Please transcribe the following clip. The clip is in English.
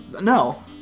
No